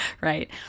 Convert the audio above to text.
Right